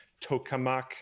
tokamak